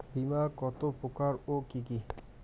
বীমা কত প্রকার ও কি কি?